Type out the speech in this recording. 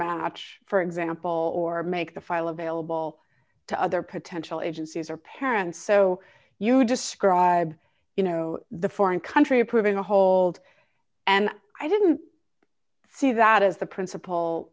match for example or make the file available to other potential agencies or parents so you describe you know the foreign country approving a hold and i didn't see that is the principal